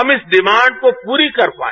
हम इस डिमांड को प्ररी कर पाए